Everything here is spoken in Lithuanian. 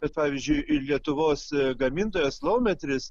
kad pavyzdžiui lietuvos gamintojas laumetris